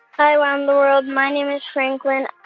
hi, wow in the world. my name is franklin,